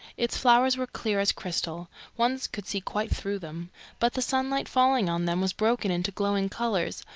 its flowers were clear as crystal one could see quite through them but the sunlight falling on them was broken into glowing colours,